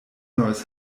neues